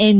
N